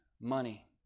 money